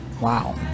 Wow